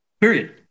period